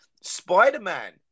Spider-Man